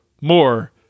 more